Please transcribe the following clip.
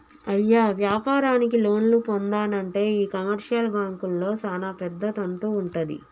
అయ్య వ్యాపారానికి లోన్లు పొందానంటే ఈ కమర్షియల్ బాంకుల్లో సానా పెద్ద తంతు వుంటది